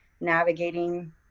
navigating